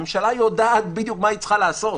הממשלה יודעת בדיוק מה היא צריכה לעשות,